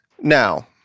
now